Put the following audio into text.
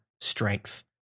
strength